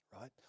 right